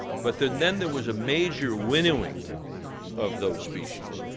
but then then there was a major winnowing of those species.